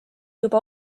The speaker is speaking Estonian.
juba